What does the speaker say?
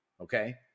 Okay